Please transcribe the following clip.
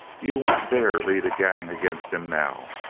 you won't dare lead a gang against him now!